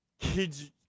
Kids